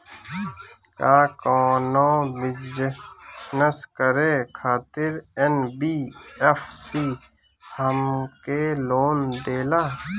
का कौनो बिजनस करे खातिर एन.बी.एफ.सी हमके लोन देला?